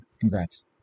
congrats